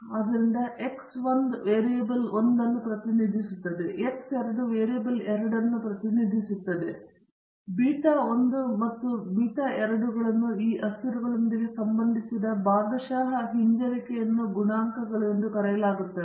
ಆದ್ದರಿಂದ x 1 variable 1 ಅನ್ನು ಪ್ರತಿನಿಧಿಸುತ್ತದೆ ಮತ್ತು ಎಕ್ಸ್ 2 ವೇರಿಯೇಬಲ್ 2 ಅನ್ನು ಪ್ರತಿನಿಧಿಸುತ್ತದೆ ಮತ್ತು ಬೀಟಾ 1 ಮತ್ತು ಬೀಟಾ 2 ಗಳನ್ನು ಈ ಅಸ್ಥಿರಗಳೊಂದಿಗೆ ಸಂಬಂಧಿಸಿದ ಭಾಗಶಃ ಹಿಂಜರಿಕೆಯನ್ನು ಗುಣಾಂಕಗಳು ಎಂದು ಕರೆಯಲಾಗುತ್ತದೆ